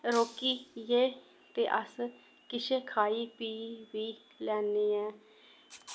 रोक्कियै ते अस किश खाई पी बी लैन्ने ऐं